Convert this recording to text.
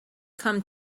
come